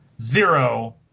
zero